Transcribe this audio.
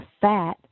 fat